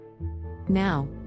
Now